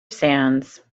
sands